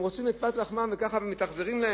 הן רוצות את פת לחמן, וככה מתאכזרים אליהן?